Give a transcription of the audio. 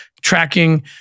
tracking